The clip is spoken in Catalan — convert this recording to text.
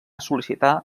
sol·licitar